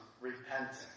repenting